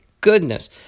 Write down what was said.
goodness